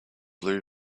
blue